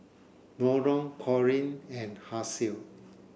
Nolen Corine and Hasel